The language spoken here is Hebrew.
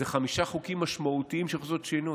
אלו חמישה חוקים משמעותיים שיכולים לעשות שינוי.